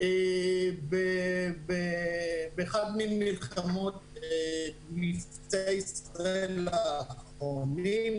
באחד ממבצעי ישראל האחרונים,